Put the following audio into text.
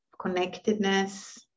connectedness